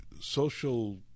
social